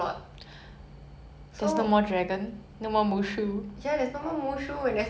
and then there's some witch like why since when got witch